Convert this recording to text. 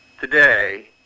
today